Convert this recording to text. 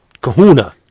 kahuna